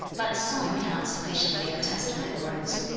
but sung cannot sufficiently attest my words.